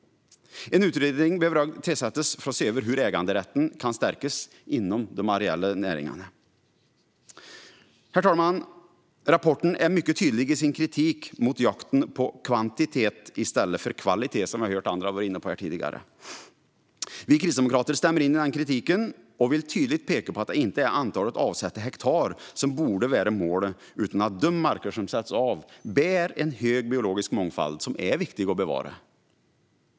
En utredning behöver också tillsättas för att se över hur äganderätten kan stärkas inom de areella näringarna. Herr talman! Rapporten är mycket tydlig i sin kritik mot jakten på kvantitet i stället för kvalitet, något som även andra har varit inne på tidigare. Vi kristdemokrater stämmer in i den kritiken och vill tydligt peka på att det inte är antalet avsatta hektar som borde vara målet utan att de marker som sätts av bär en hög biologisk mångfald som är viktig att bevara.